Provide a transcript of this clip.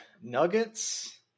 nuggets